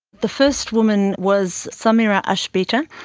the first woman was samira ah achbita,